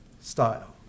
style